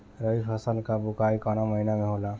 रबी फसल क बुवाई कवना महीना में होला?